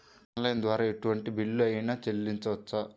Online ద్వారా ఎటువంటి bill అయినా చెల్లించవచ్చా?